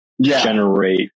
generate